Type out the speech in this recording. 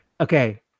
okay